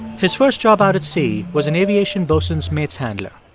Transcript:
his first job out at sea was an aviation boatswain's mates handler